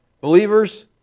Believers